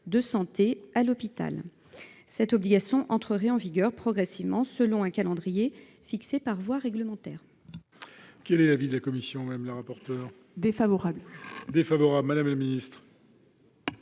de santé à l'hôpital. Cette obligation entrerait en vigueur progressivement selon un calendrier fixé par voie réglementaire.